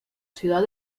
ciudad